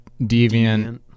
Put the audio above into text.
deviant